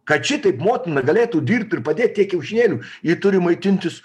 kad šitaip motina galėtų dirbt ir padėt tiek kiaušinėlių ji turi maitintis